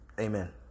Amen